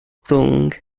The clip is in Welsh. rhwng